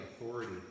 authority